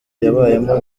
yabayemo